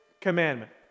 commandment